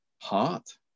heart